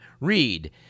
read